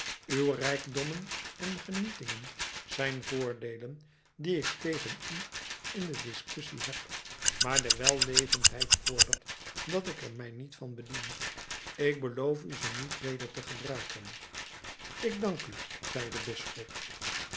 uw rijkdommen en genietingen zijn voordeelen die ik tegen u in de discussie heb maar de wellevendheid vordert dat ik er mij niet van bedien ik beloof u ze niet weder te gebruiken ik dank u zei de bisschop